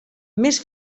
més